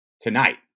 tonight